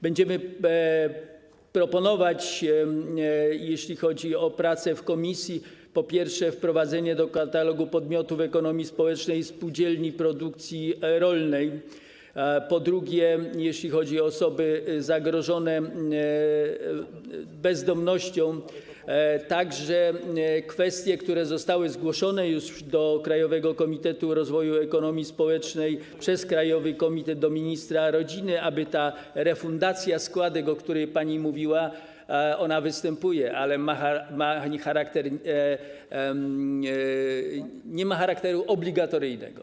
Będziemy proponować, jeśli chodzi o pracę w komisji, po pierwsze, wprowadzenie do katalogu podmiotów ekonomii społecznej spółdzielni produkcji rolnej, a po drugie, jeśli chodzi o osoby zagrożone bezdomnością, są także kwestie, które zostały już zgłoszone do Krajowego Komitetu Rozwoju Ekonomii Społecznej przez krajowy komitet, do ministra rodziny, dotyczące tego, aby ta refundacja składek, o której pani mówiła, ona występuje, ale nie ma charakteru obligatoryjnego.